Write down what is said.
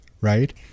right